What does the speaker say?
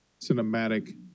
cinematic